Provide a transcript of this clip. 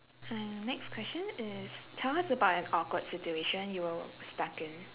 uh next question is tell us about an awkward situation you were stuck in